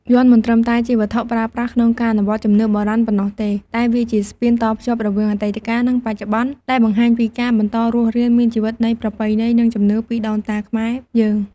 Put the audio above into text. យ័ន្តមិនត្រឹមតែជាវត្ថុប្រើប្រាស់ក្នុងការអនុវត្តជំនឿបុរាណប៉ុណ្ណោះទេ តែវាជា ស្ពានតភ្ជាប់រវាងអតីតកាល និងបច្ចុប្បន្ន ដែលបង្ហាញពីការបន្តរស់រានមានជីវិតនៃប្រពៃណី និងជំនឿពីដូនតាខ្មែរយើង។